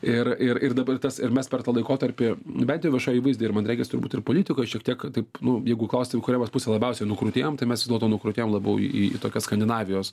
ir ir ir dabar tas ir mes per tą laikotarpį bent jau viešam įvaizdy ir man regis turbūt ir politikoj šiek tiek taip nu jeigu klaust į kurią vat pusę labiausiai nukrutėjom tai mes vis dėlto nukrutėjom labiau į tokias skandinavijos